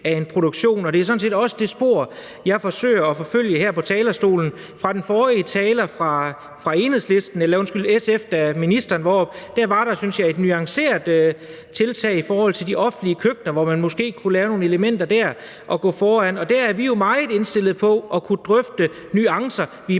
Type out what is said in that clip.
af en produktion, og det er sådan set også det spor, jeg forsøger at forfølge her på talerstolen. Fra den forrige spørger, fra SF, blev der, da ministeren var oppe, spurgt til et, synes jeg, nuanceret tiltag i forhold til de offentlige køkkener – at man måske kunne lave nogle elementer dér og gå foran. Og vi er jo meget indstillet på at kunne drøfte nuancer. Vi er